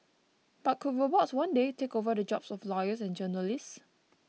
but could robots one day take over the jobs of lawyers and journalists